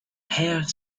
hare